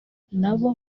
nabo